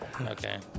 Okay